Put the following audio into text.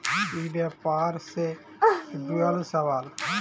ई व्यापार से जुड़ल सवाल?